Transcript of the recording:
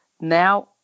now